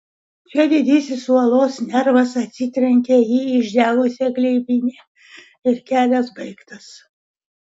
čia didysis uolos nervas atsitrenkia į išdegusią gleivinę ir kelias baigtas